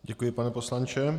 Děkuji, pane poslanče.